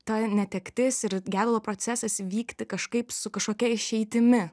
ta netektis ir gedulo procesas vykti kažkaip su kažkokia išeitimi